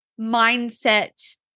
mindset